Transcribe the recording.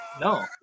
no